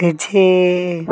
ते जे